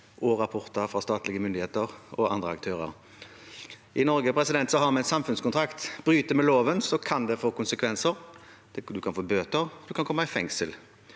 og rapporter fra statlige myndigheter og andre aktører. I Norge har vi en samfunnskontrakt: Bryter en loven, kan det få konsekvenser. En kan få bøter, en kan komme i fengsel.